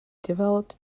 developed